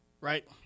right